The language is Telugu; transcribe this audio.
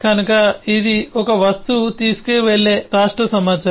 కనుక ఇది ఒక వస్తువు తీసుకువెళ్ళే రాష్ట్ర సమాచారం